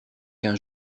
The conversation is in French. qu’un